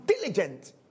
diligent